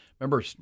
remember